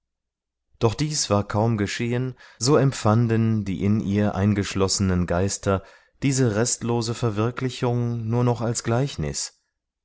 doch dies war kaum geschehen so empfanden die in ihr eingeschlossenen geister diese restlose verwirklichung nur noch als gleichnis